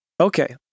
Okay